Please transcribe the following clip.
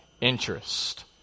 interest